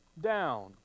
down